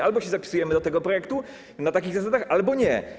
Albo się zapisujemy do tego projektu na takich zasadach, albo nie.